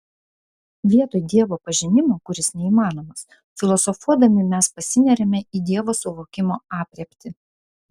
vietoj dievo pažinimo kuris neįmanomas filosofuodami mes pasineriame į dievo suvokimo aprėptį